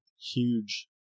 huge